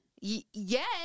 Yes